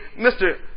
Mr